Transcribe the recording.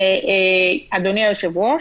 אדוני היושב-ראש,